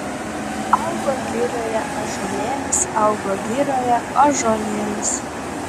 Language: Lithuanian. augo girioje ąžuolėlis augo girioje ąžuolėlis